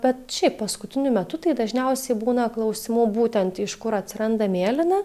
bet šiaip paskutiniu metu tai dažniausiai būna klausimų būtent iš kur atsiranda mėlyna